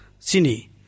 sini